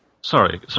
sorry